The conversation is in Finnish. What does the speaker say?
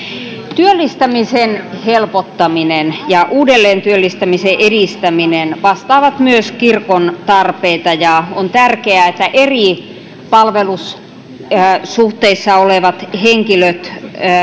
työllistämisen helpottaminen ja uudelleen työllistämisen edistäminen vastaavat myös kirkon tarpeita ja on tärkeää että eri palvelussuhteissa olevat henkilöt